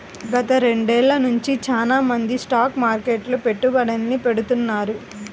గత రెండేళ్ళ నుంచి చానా మంది స్టాక్ మార్కెట్లో పెట్టుబడుల్ని పెడతాన్నారు